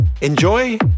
Enjoy